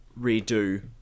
redo